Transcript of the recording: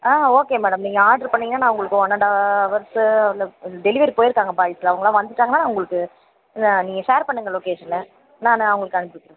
ஆ okay madam நீங்கள் order பண்ணிங்கன்னால் நான் உங்களுக்கு ஒன் அண்ட்டா அவர்ஸில் டெலிவரி போயிருக்காங்க பாய்ஸ்லாம் அவங்களாம் வந்துட்டாங்கன்னால் நான் உங்களுக்கு நீங்கள் ஷேர் பண்ணுங்கள் லொக்கேஷன்ன நான் அவங்களுக்கு அனுப்பி விட்டுர்றேன்